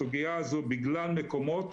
הסוגיה הזאת בגלל מקומות,